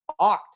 Oct